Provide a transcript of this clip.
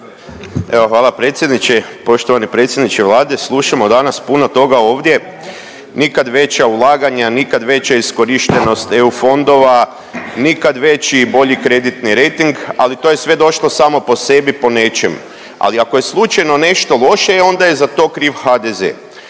Evo hvala predsjedniče. Poštovani predsjedniče Vlade, slušamo danas puno toga ovdje. Nikad veća ulaganja, nikad veća iskorištenost EU fondova, nikad veći i bolji kreditni rejting, ali to je sve došlo samo po sebi po nečem, ali ako je slučajno nešto loše e onda je to kriv HDZ.